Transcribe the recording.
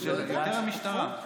זה משטרה.